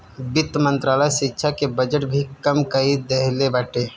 वित्त मंत्रालय शिक्षा के बजट भी कम कई देहले बाटे